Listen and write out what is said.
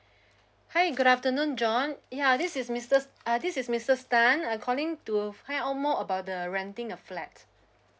hi good afternoon john ya this is mister uh this is misses tan I'm calling to find out more about the renting a flat